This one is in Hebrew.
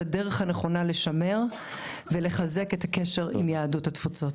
הדרך הנכונה לשמר ולחזק את הקשר עם יהדות התפוצות.